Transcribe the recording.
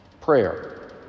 prayer